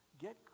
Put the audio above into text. get